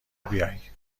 بیای